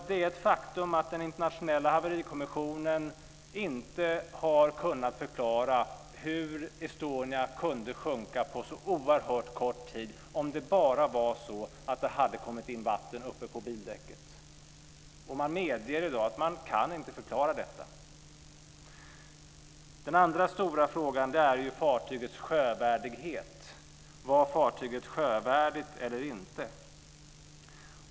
Det är ett faktum att den internationella haverikommissionen inte har kunnat förklara hur Estonia kunde sjunka på så oerhört kort tid om det bara var så att det hade kommit in vatten uppe på bildäck. Man medger i dag att man inte kan förklara detta. Den andra stora frågan gäller fartygets sjövärdighet. Var fartyget sjövärdigt eller inte?